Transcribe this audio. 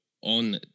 on